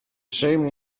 same